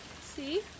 see